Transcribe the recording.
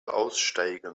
aussteigen